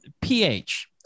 ph